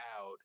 out